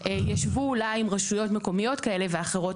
ישבו אולי עם רשויות מקומיות כאלה ואחרות,